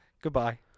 Goodbye